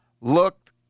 looked